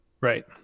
Right